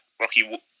Rocky